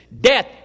death